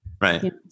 Right